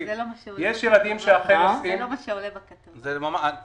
זה לא מה שעולה --- מה פירוש?